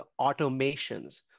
automations